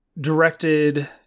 directed